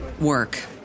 work